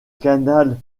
canal